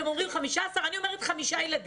אתם אומרים 15 ואני אומרת חמישה ילדים.